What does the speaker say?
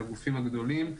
לגופים הגדולים,